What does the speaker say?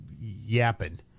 yapping